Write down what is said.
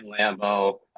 Lambo